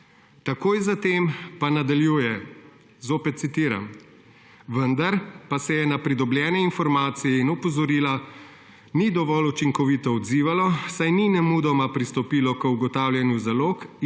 takoj zatem pa nadaljuje, zopet citiram, »vendar pa se na pridobljene informacije in opozorila ni dovolj učinkovito odzivalo, saj ni nemudoma pristopilo k ugotavljanju zalog